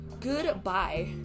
goodbye